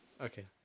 Okay